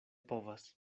povas